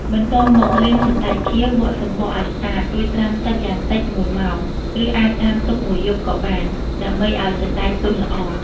បន្ទាប់មកលាងសណ្ដែកខៀវបកសំបកឲ្យស្អាត រួចត្រាំទឹកយ៉ាងតិច ១ ម៉ោង ឬអាចត្រាំទុកមួយយប់ក៏បាន ដើម្បីឲ្យសណ្ដែកទន់ល្អ។